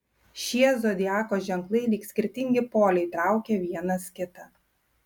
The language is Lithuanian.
šie zodiako ženklai lyg skirtingi poliai traukia vienas kitą